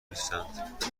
نیستند